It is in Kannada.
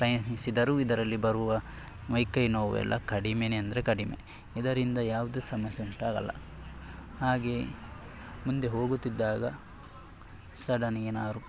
ಪ್ರಯಾಣಿಸಿದರೂ ಇದರಲ್ಲಿ ಬರುವ ಮೈಕೈ ನೋವೆಲ್ಲ ಕಡಿಮೆಯೇ ಅಂದರೆ ಕಡಿಮೆ ಇದರಿಂದ ಯಾವುದೇ ಸಮಸ್ಯೆ ಉಂಟಾಗಲ್ಲ ಹಾಗೇ ಮುಂದೆ ಹೋಗುತ್ತಿದ್ದಾಗ ಸಡನ್ ಏನಾದ್ರು